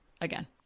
again